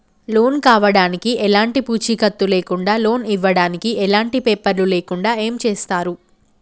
Loan కావడానికి ఎలాంటి పూచీకత్తు లేకుండా లోన్ ఇవ్వడానికి ఎలాంటి పేపర్లు లేకుండా ఏం చేస్తారు?